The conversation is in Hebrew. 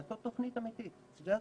לעשות תוכנית אמיתית, שזה הזמן,